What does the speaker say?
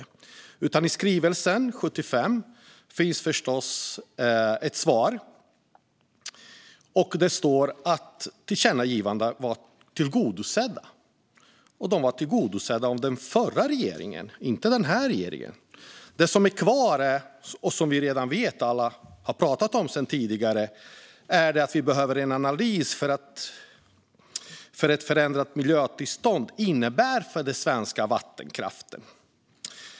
I skrivelsen 2022/23:75 finns förstås ett svar. Det står att tillkännagivandena blev tillgodosedda av den förra regeringen, inte av den här regeringen. Det som kvarstår är, som vi alla redan vet - vi har pratat om det tidigare - att vi behöver en analys av vad ett förändrat miljötillstånd innebär för den svenska vattenkraften.